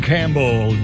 Campbell